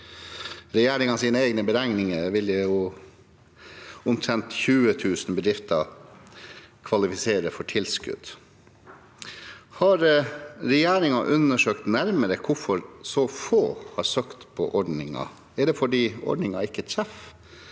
regjeringens egne beregninger vil omtrent 20 000 bedrifter kvalifisere for tilskudd. Har regjeringen undersøkt nærmere hvorfor så få har søkt på ordningen? Er det fordi ordningen ikke treffer,